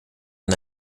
aan